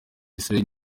israel